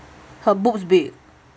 her boobs big